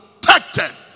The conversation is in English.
protected